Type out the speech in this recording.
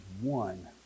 one